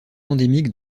endémique